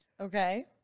Okay